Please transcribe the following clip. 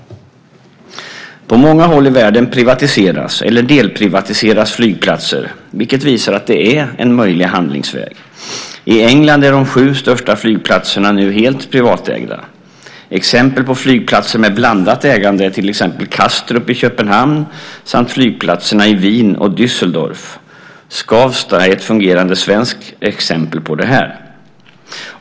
På många håll i världen privatiseras eller delprivatiseras flygplatser, vilket visar att det är en möjlig handlingsväg. I England är de sju största flygplatserna nu helt privatägda. Exempel på flygplatser med blandat ägande är Kastrup i Köpenhamn samt flygplatserna i Wien och Düsseldorf, och Skavsta är ett fungerande svenskt exempel på detta.